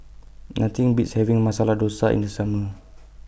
Nothing Beats having Masala Dosa in The Summer